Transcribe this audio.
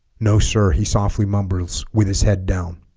no sir he softly mumbles with his head down